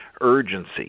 urgency